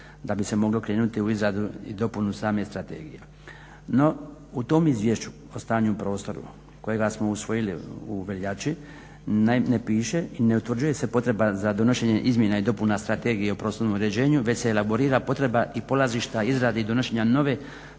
da bi se moglo krenuti u izradu i dopunu same strategije. No, u tom Izvješću o stanju u prostoru kojega smo usvojili u veljači ne piše i ne utvrđuje se potreba za donošenjem izmjena i dopuna strategije o prostornom uređenju već se elaborira potreba i polazišta izrade i donošenja nove